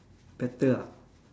better ah